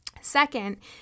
Second